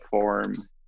form